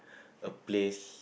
a place